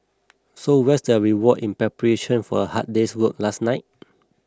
so what's their reward in preparation for a hard day's work last night